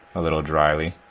a little drily.